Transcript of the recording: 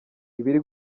ibiri